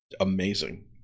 amazing